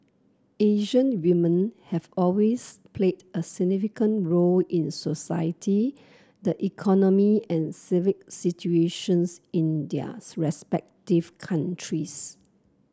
Asian women have always played a significant role in society the economy and civic institutions in their respective countries